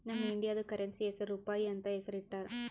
ನಮ್ ಇಂಡಿಯಾದು ಕರೆನ್ಸಿ ಹೆಸುರ್ ರೂಪಾಯಿ ಅಂತ್ ಹೆಸುರ್ ಇಟ್ಟಾರ್